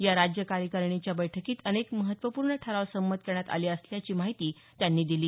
या राज्य कार्यकारिणी च्या बैठकीत अनेक महत्वपूर्ण ठराव संमत करण्यात आले असल्याची माहिती मेटे यांनी दिली